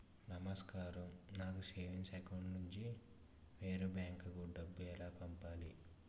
నమస్కారం నాకు savings account నుంచి వేరే బ్యాంక్ కి డబ్బు ఎలా పంపాలి?